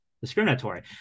Discriminatory